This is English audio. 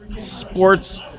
sports